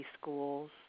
schools